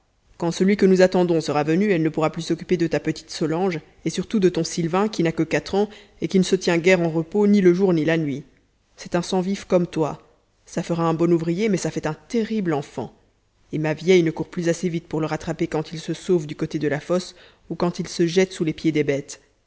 quand celui que nous attendons sera venu elle ne pourra plus s'occuper de ta petite solange et surtout de ton sylvain qui n'a pas quatre ans et qui ne se tient guère en repos ni le jour ni la nuit c'est un sang vif comme toi ça fera un bon ouvrier mais ça fait un terrible enfant et ma vieille ne court plus assez vite pour le rattraper quand il se sauve du côté de la fosse ou quand il se jette sous les pieds des bêtes